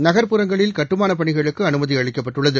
நகர்ப்புறங்களில் கட்டுமான பணிகளுக்கு அனுமதி அளிக்கப்பட்டுள்ளது